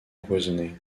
empoisonné